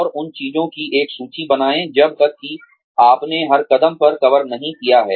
और उन चीजों की एक सूची बनाएं जब तक कि आपने हर कदम पर कवर नहीं किया है